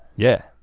yeah.